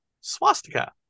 swastika